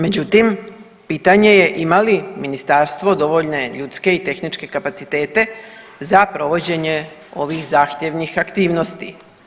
Međutim, pitanje je ima li ministarstvo dovoljne ljudske i tehničke kapacitete za provođenje ovih zahtjevnih aktivnosti?